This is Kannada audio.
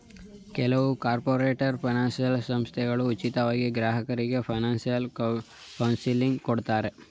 ಕೆಲವು ಕಾರ್ಪೊರೇಟರ್ ಫೈನಾನ್ಸಿಯಲ್ ಸಂಸ್ಥೆಗಳು ಉಚಿತವಾಗಿ ಗ್ರಾಹಕರಿಗೆ ಫೈನಾನ್ಸಿಯಲ್ ಕೌನ್ಸಿಲಿಂಗ್ ಕೊಡ್ತಾರೆ